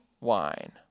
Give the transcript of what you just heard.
wine